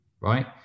Right